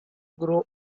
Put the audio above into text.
grew